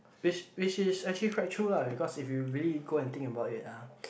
which which is actually quite true lah because if you really go and think about it ah